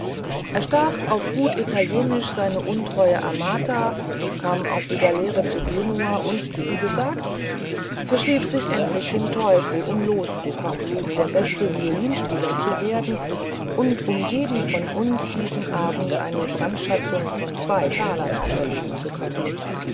erstach auf gut italienisch seine ungetreue amata kam auf die galeere zu genua und wie gesagt verschrieb sich endlich dem teufel um loszukommen um der beste violinspieler zu werden und um jeden von uns diesen abend eine brandschatzung von zwei talern auferlegen zu können